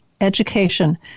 education